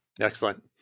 Excellent